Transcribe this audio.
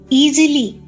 easily